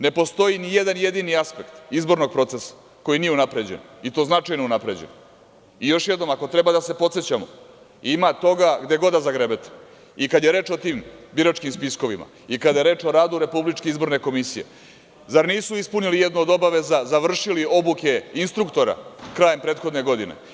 Ne postoji ni jedan jedini aspekt izbornog procesa koji nije unapređen, i to značajno unapređen, i još jednom, ako treba da se podsećamo, ima toga gde god da zagrebete i kad je reč o tim biračkim spiskovima, i kada je reč o radu RIK, zar nisu ispunili jednu od obaveza, završili obuke instruktora krajem prethodne godine?